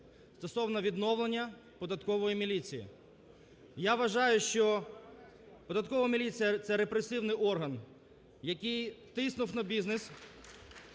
стосовно відновлення податкової міліції. Я вважаю, що податкова міліція – це репресивний орган, який тиснув на бізнес,